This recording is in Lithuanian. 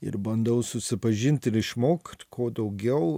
ir bandau susipažint ir išmokt kuo daugiau